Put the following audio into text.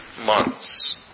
months